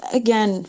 again